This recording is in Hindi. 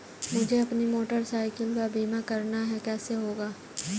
मुझे अपनी मोटर साइकिल का बीमा करना है कैसे होगा?